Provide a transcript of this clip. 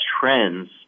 trends